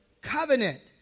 covenant